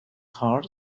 heart